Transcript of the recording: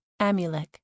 Amulek